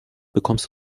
bekommst